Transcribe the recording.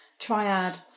triad